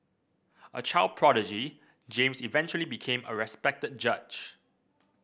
a child prodigy James eventually became a respected judge